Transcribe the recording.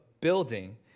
building